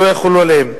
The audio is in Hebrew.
לא יחולו עליהם.